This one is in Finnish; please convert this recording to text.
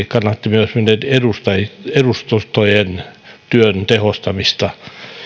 kannatti myös meidän edustustojen työn tehostamista